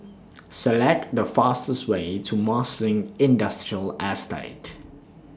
Select The fastest Way to Marsiling Industrial Estate